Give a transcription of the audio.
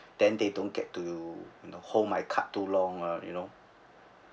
then they don't get to you know hold my card too long ah you know